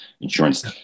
insurance